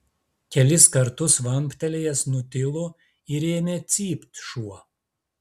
kelis kartus vamptelėjęs nutilo ir ėmė cypt šuo